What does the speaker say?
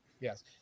Yes